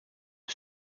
aux